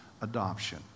adoption